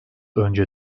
önce